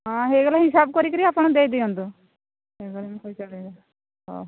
ହଁ ହୋଇଗଲା ହିସାବ କରିକିରି ଆପଣ ଦେଇଦିଅନ୍ତୁ ହେଉ